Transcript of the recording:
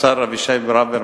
השר אבישי ברוורמן.